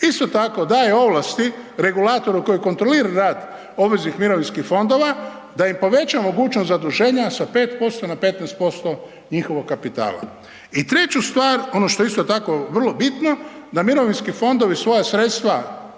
Isto tako, daje ovlasti regulatoru koji kontrolira rad obveznih mirovinskih fondova, da im poveća mogućnost zaduženja sa 5% na 15% njihovog kapitala. I treću stvar, ono što je isto tako vrlo bitno, da mirovinski fondovi svoja sredstva,